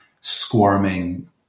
squirming